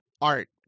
art